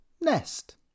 Nest